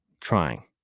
trying